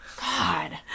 God